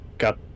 got